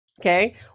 Okay